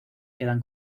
quedan